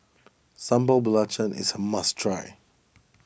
Sambal Belacan is a must try